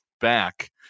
back